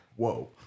Whoa